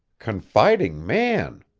confiding man!